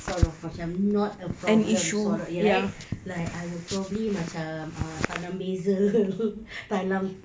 sort of macam not a problem sort of right like I would probably macam ah tanam basil tanam